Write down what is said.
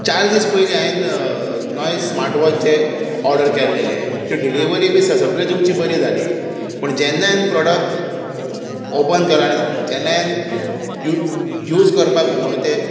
चार दीस पयलीं हांयेन नॉयज स्मार्ट वॉचीचें ऑर्डर केल्लेले ते डिलिवरी बी सगळी तुमची बरी जाली पूण जेन्ना हांवें प्रॉडक्ट ओपन केल्लो आनी जेन्ना हांवें यूज करपाक म्हणून तें